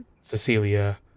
Cecilia